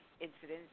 incidents